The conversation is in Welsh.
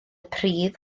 pridd